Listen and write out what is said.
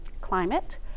climate